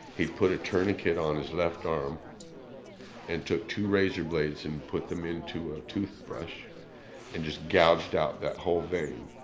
he put a tourniquet on his left arm and took two razor blades and put them into a toothbrush and just gouged out the whole vein,